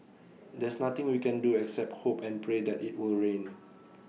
there's nothing we can do except hope and pray that IT will rain